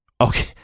Okay